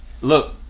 Look